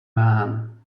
man